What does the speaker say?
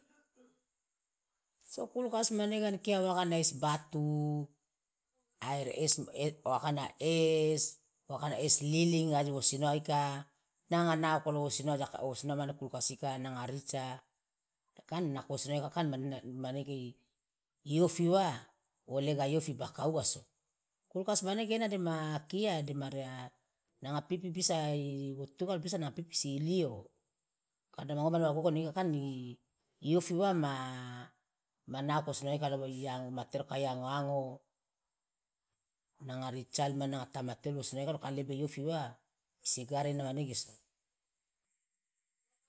so kulkas manege ankia wo akana es batu aer es wo akana es wo akana es lilin aje wosi noa ika nanga naoko lo wosi noa wosi noa mane kulkas ika nanga rica kan nako wosi noa neoka kan manege iofi wa wo lega iofi ibaka uwa so kulkas manege ena dema kia dema nanga pipi bisa i wotugala bisa nanga pipi isi lio neika kan iofi wa ma manaoko wosi noa ika matero kai ango ango nanga ricali man nanga tamate oli wosi noa ika kan lebi iofi wa isi garene manege so.